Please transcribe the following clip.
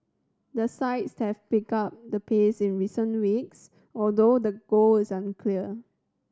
the sides have picked up the pace in recent weeks although the goal is unclear